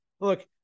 look